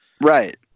Right